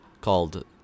called